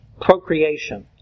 procreation